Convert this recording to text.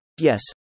Yes